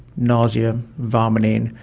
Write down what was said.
nausea, vomiting,